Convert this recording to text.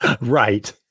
Right